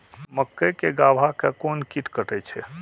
मक्के के गाभा के कोन कीट कटे छे?